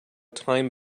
time